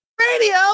Radio